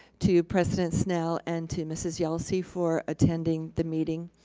to president snell and to mrs. yelsey for attending the meeting.